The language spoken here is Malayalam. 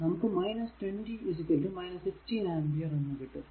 നമുക്ക് 20 16 ആംപിയർ എന്ന് കിട്ടും